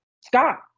Scott